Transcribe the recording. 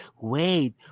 wait